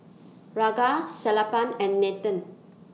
Ranga Sellapan and Nathan